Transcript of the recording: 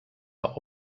are